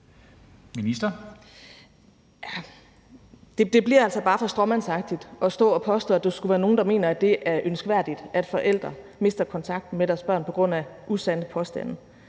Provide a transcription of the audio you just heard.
Det bliver altså bare for stråmandsagtigt at stå og påstå, at der skulle være nogen, der mener, at det er ønskværdigt, at forældre mister kontakten til deres børn på grund af usande påstande.